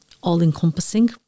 all-encompassing